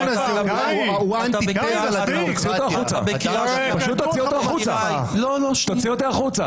תוציא את האוויל הזה החוצה.